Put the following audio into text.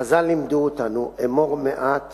חז"ל לימדו אותנו: אמור מעט